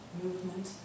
movement